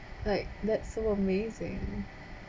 like that so amazing